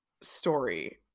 story